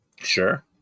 Sure